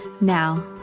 Now